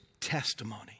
testimony